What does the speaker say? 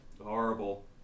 Horrible